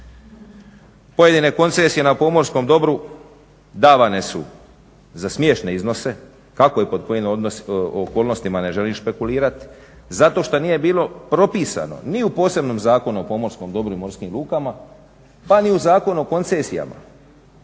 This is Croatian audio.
Pojedine koncesije na pomorskom dobru davane su za smiješne odnose. Kako i pod kojim okolnostima ne želim špekulirati, zato što nije bilo propisani ni u posebnom Zakonu o pomorskom dobru i morskim lukama pa ni u Zakonu o koncesijama.